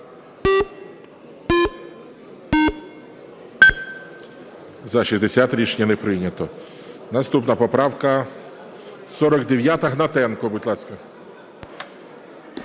За-60 Рішення не прийнято. Наступна поправка 49. Гнатенко, будь ласка.